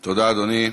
תודה, אדוני.